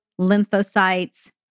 lymphocytes